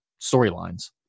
storylines